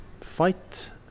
fight